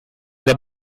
der